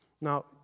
Now